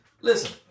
Listen